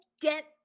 get